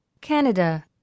Canada